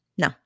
No